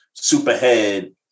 superhead